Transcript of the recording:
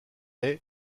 est